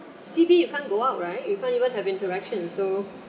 C_B you can't go out right you can't even have interaction so